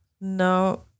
No